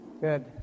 good